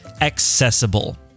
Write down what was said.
accessible